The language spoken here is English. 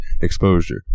exposure